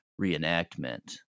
reenactment